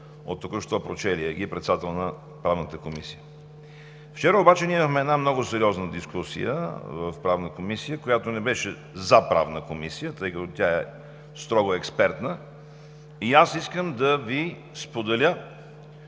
от току-що прочелия ги председател на Правната комисия. Вчера обаче ние имахме една много сериозна дискусия в Правната комисия, която не беше за Правна комисия, тъй като тя е строго експертна. Искам да Ви споделя,